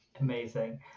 Amazing